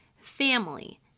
family